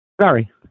Sorry